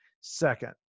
second